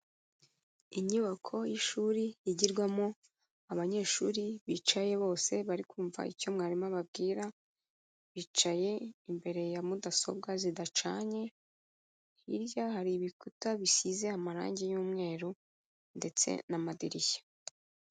Inyubako y'ishuri yigirwamo abanyeshuri bicaye bose bari kumva icyo mwarimu ababwira, bicaye imbere ya mudasobwa zidacanye, hirya hari ibikuta bisize amarangi y'umweru ndetse n'amadirishya.